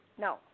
no